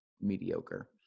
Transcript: mediocre